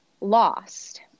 lost